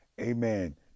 amen